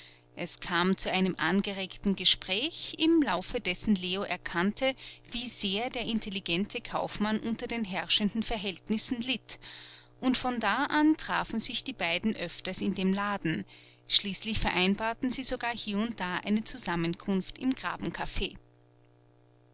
es kam zu einem angeregten gespräch im verlaufe dessen leo erkannte wie sehr der intelligente kaufmann unter den herrschenden verhältnissen litt und von da an trafen sich die beiden öfters in dem laden schließlich vereinbarten sie sogar hie und da eine zusammenkunft im graben caf